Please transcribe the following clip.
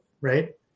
right